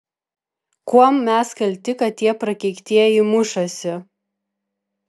kuom mes kalti kad tie prakeiktieji mušasi